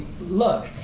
look